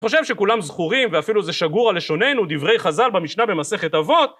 חושב שכולם זכורים ואפילו זה שגור על לשוננו דברי חז"ל במשנה במסכת אבות